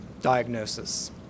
diagnosis